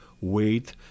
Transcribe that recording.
wait